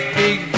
big